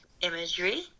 imagery